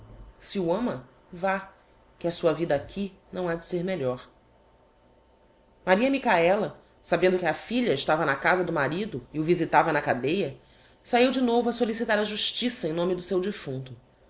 se o ama vá que a sua vida aqui não ha de ser melhor maria michaela sabendo que a filha estava na casa do marido e o visitava na cadêa sahiu de novo a solicitar a justiça em nome do seu defunto